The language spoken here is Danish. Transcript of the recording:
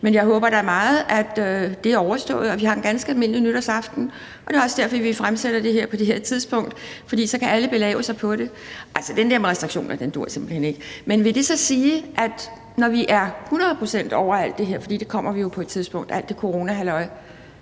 Men jeg håber da meget, at det er overstået og vi får en ganske almindelig nytårsaften. Det er jo også derfor, vi fremsætter det her på det her tidspunkt, for så kan alle belave sig på det. Altså, den der med restriktioner duer simpelt hen ikke. Men vil det så sige, at når vi er hundrede procent ovre alt det her coronahalløj – for det kommer vi jo på et tidspunkt – så er der